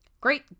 Great